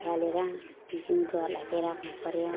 फालेर जिउँदोहरलाई चाहिँ राख्नुपऱ्यो